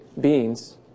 beings